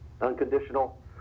unconditional